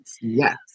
Yes